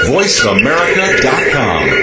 VoiceAmerica.com